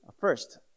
First